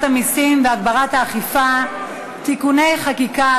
המסים והגברת האכיפה (תיקוני חקיקה),